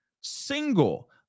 single